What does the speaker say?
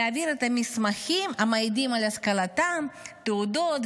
ולהעביר את המסמכים המעידים על השכלתם: תעודות,